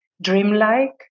dreamlike